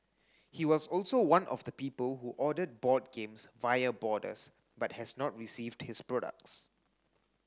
he was also one of the people who ordered board games via Boarders but has not received his products